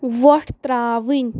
وۄٹھ ترٛاوٕنۍ